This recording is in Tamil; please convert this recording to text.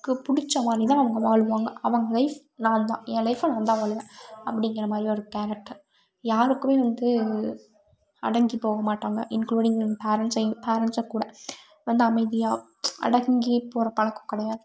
க்கு பிடிச்ச மாதிரி தான் அவங்க வாழ்வாங்க அவங்க லைஃப் நான்தான் என் லைஃபை நான்தான் வாழ்வேன் அப்படிங்கிற மாதிரி ஒரு கேரக்டர் யாருக்குமே வந்து அடங்கி போக மாட்டாங்க இன்குலூடிங் பேரண்ட்ஸையும் பேரண்ஸை கூட வந்து அமைதியாக அடங்கி போகிற பழக்கம் கிடையாது